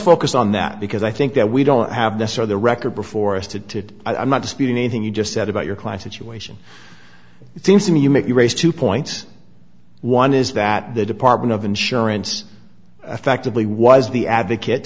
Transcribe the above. focus on that because i think that we don't have the so the record before us to to i'm not disputing anything you just said about your class situation it seems to me you make you raise two points one is that the department of insurance effectively was the advocate